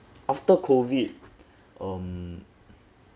after COVID um